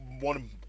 one